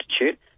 Institute